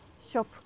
shop